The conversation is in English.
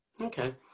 okay